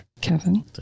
Kevin